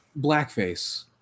Blackface